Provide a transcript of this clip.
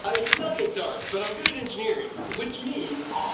i suck at darts, but i'm good at engineering which means.